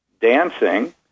dancing